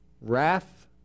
wrath